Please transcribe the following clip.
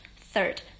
Third